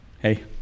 Hey